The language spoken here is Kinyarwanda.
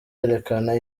yerekana